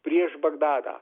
prieš bagdadą